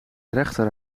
rechter